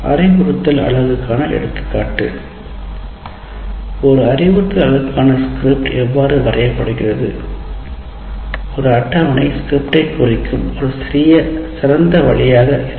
அறிவுறுத்தல் அலகுக்கான எடுத்துக்காட்டு ஒரு அறிவுறுத்தல் அலகுக்கான ஸ்கிரிப்ட் எவ்வாறு வரையப்படுகிறது ஒரு அட்டவணை ஸ்கிரிப்டைக் குறிக்கும் ஒரு சிறந்த வழியாக இருக்கும்